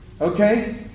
okay